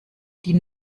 die